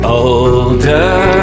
older